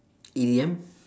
E_D_M